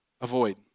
avoid